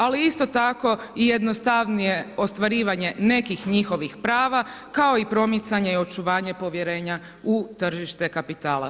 Ali isto tako i jednostavnije ostvarivanje nekih njihovih prava kao i promicanje i očuvanje povjerenja u tržište kapitala.